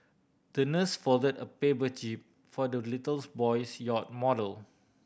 the nurse folded a paper jib for the little boy's yacht model